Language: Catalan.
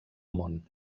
món